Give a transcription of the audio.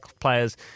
players